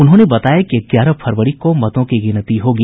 उन्होंने बताया कि ग्यारह फरवरी को मतों की गिनती होगी